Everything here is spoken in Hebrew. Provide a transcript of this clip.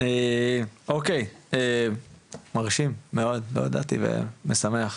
מרשים מאוד ומשמח.